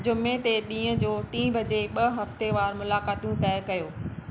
जुमे ते ॾींहं जो टीं बजे ॿ हफ़्तेवारु मुलाक़ातूं तइ कयो